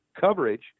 coverage